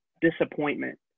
disappointment